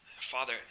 Father